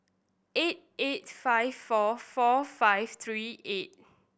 eight eight five four four five three eight